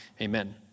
Amen